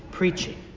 preaching